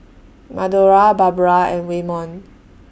Madora Barbra and Waymon